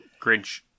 Grinch